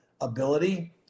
ability